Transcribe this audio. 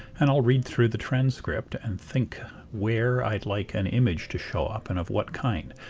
and i'll read through the transcript and think where i'd like an image to show up and of what kind.